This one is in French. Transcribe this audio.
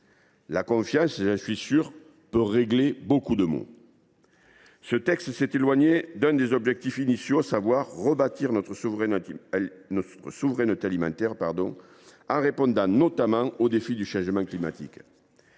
La confiance, j’en suis sûr, peut régler beaucoup de maux. Ce texte s’est éloigné d’un de ses objectifs initiaux, à savoir rebâtir notre souveraineté alimentaire en répondant notamment aux défis du changement climatique.